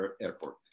airport